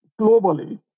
globally